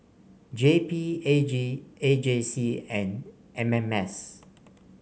J P A G A J C and M M S